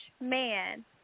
man